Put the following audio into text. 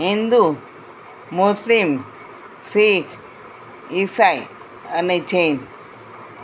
હિન્દુ મુસ્લિમ શીખ ઈસાઈ અને જૈન